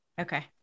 Okay